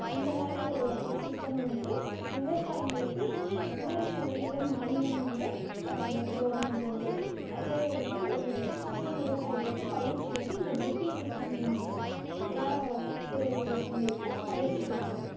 அந்த மாதிரி ஒரு சிஸ்டமை வந்து விவசாயிங்களுக்கு நூறு சதவீதம் மானியமாக தர்றாங்கள் கவர்மெண்ட் வந்து அது வந்து சிறு விவசாயிகளுக்கு பயிற்சி வந்து இந்த ட்ரிப்பிங் சிஸ்டம் மூலமாதான் எல்லா சிறு விவசாயிங்களுக்கும் பயிற்சி கொடுக்குறாங்க